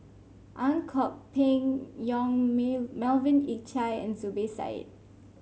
Ang Kok Peng Yong Melvin Yik Chye and Zubir Said